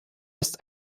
ist